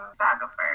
photographer